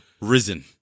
Risen